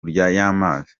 y’amazi